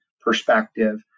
perspective